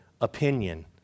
opinion